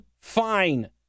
fine